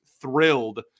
thrilled